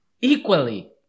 equally